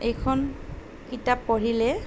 এইখন কিতাপ পঢ়িলে